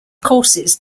courses